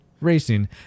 racing